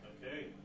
Okay